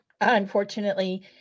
Unfortunately